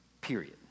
Period